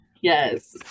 Yes